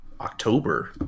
october